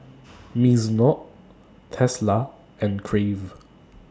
Mizuno Tesla and Crave